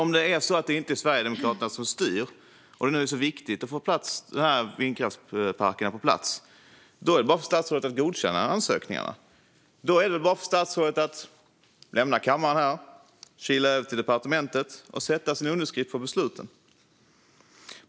Om det är så att det inte är Sverigedemokraterna som styr och om det nu är så viktigt att få dessa vindkraftsparker på plats är det bara för statsrådet att godkänna ansökningarna. Då är det bara för statsrådet att lämna kammaren, kila över till departementet och sätta sin underskrift på besluten.